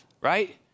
right